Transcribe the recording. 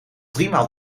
driemaal